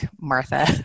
Martha